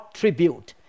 tribute